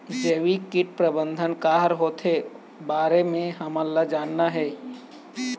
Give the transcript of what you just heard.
जैविक कीट प्रबंधन का हर होथे ओकर बारे मे हमन ला जानना हे?